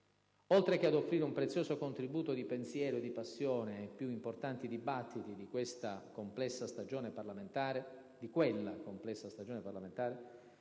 Oltre che ad offrire un prezioso contributo di pensiero e di passione ai più importanti dibattiti di quella complessa stagione parlamentare,